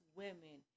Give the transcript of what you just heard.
women